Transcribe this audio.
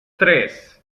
tres